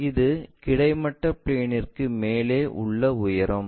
இது கிடைமட்ட பிளேன்ற்கு மேலே உள்ள உயரம்